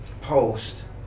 post